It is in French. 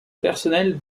personnel